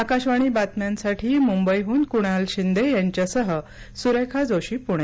आकाशवाणी बातम्यांसाठी मुंबईहून कुणाल शिंदे यांच्यासह सुरेखा जोशी पुणे